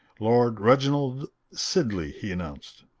lord reginald sidley! he announced.